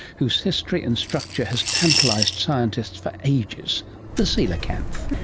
whose history and structure has tantalised scientists for ages the coelacanth.